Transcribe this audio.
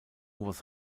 was